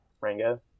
Rango